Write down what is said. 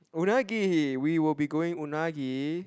unagi we will be going unagi